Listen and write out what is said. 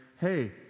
hey